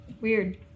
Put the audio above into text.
Weird